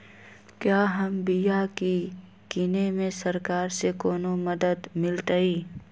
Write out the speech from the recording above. क्या हम बिया की किने में सरकार से कोनो मदद मिलतई?